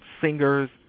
singers